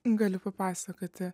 galiu papasakoti